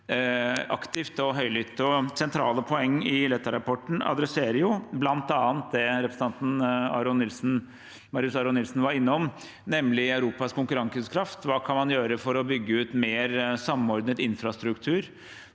aktivt og høylytt. Sentrale poeng i Letta-rapporten tar opp bl.a. det representanten Marius Arion Nilsen var innom, nemlig Europas konkurransekraft og hva man kan gjøre for å bygge ut mer samordnet infrastruktur